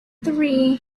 three